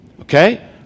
Okay